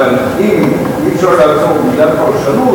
אבל אם אי-אפשר לעצור בגלל פרשנות,